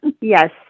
Yes